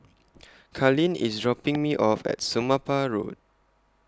Carlene IS dropping Me off At Somapah Road